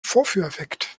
vorführeffekt